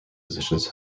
positions